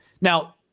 Now